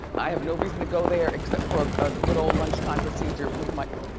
i have no reason to go there, except for a good, old lunchtime procedure with my.